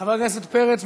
חבר הכנסת פרץ,